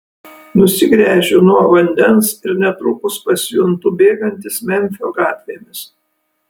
nusigręžiu nuo vandens ir netrukus pasijuntu bėgantis memfio gatvėmis